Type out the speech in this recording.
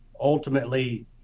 ultimately